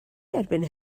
erbyn